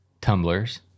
tumblers